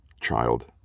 child